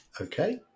Okay